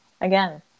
Again